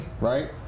right